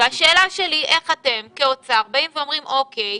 השאלה שלי איך אתם כאוצר אומרים: אוקיי,